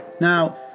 Now